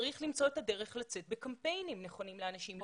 צריך למצוא את הדרך לצאת בקמפיינים נכונים לאנשים.